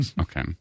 Okay